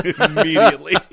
immediately